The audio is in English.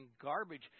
garbage